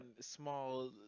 small